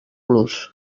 los